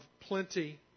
plenty